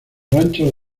ranchos